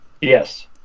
Yes